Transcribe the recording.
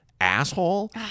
asshole